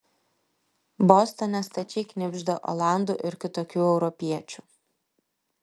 bostone stačiai knibžda olandų ir kitokių europiečių